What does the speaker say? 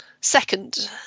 second